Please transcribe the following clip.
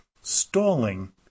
Stalling